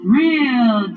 real